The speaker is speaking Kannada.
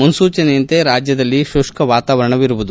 ಮುನ್ನೂಚನೆಯಂತೆ ರಾಜ್ಞದೆಲ್ಲೆಡೆ ಶುಷ್ಕ ವಾತಾವರಣವಿರುವುದು